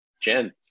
Jen